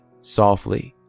softly